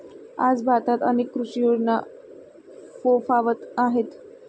आज भारतात अनेक कृषी योजना फोफावत आहेत